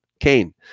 Cain